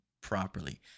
properly